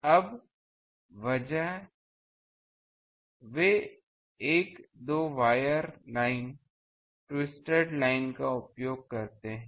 अब बजाय वे एक दो वायर लाइनट्विस्टेड लाइनका उपयोग करते हैं